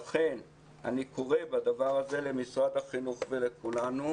לכן אני קורא בדבר הזה למשרד החינוך ולכולנו,